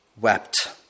wept